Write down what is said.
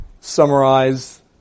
summarize